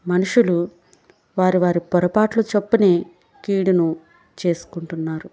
మనుషులు వారి వారి పొరపాట్లు చొప్పునే కీడును చేసుకుంటున్నారు